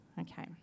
Okay